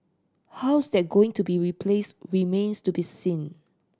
how's that going to be replaced remains to be seen